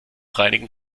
reinigen